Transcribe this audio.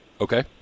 okay